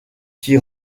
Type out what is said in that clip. qui